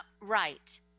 Right